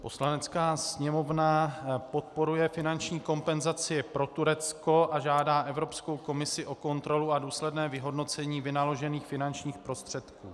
Poslanecká sněmovna podporuje finanční kompenzaci pro Turecko a žádá Evropskou komisi o kontrolu a důsledné vyhodnocení vynaložených finančních prostředků.